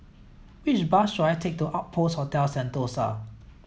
which bus should I take to Outpost Hotel Sentosa